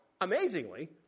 amazingly